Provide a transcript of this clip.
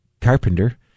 carpenter